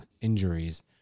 injuries